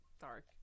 dark